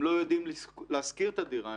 הם לא יודעים לשכור את הדירה,